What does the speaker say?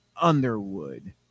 Underwood